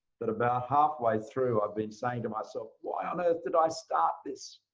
that about halfway through i've been saying to myself, why on earth did i start this?